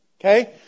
okay